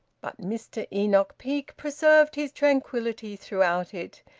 but mr enoch peake preserved his tranquillity throughout it,